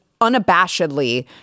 unabashedly